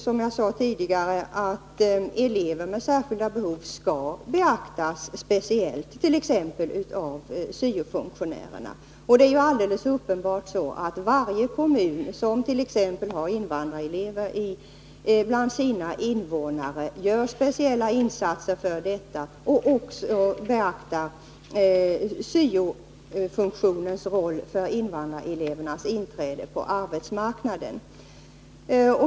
Som jag sade tidigare skall elever med särskilda behov beaktas speciellt, t.ex. av syo-funktionärerna. Det är alldeles uppenbart att varje kommun som har invandrarelever bland sina invånare gör speciella insatser för dessa och beaktar syo-funktionärernas roll för invandrarelevernas inträde på arbetsmarknaden.